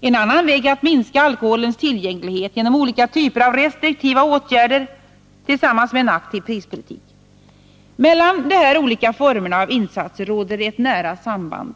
En annan väg är att minska alkoholens tillgänglighet genom olika typer av restriktiva åtgärder, tillsammans med en aktiv prispolitik. Mellan dessa olika former av insatser råder ett nära samband.